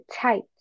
tight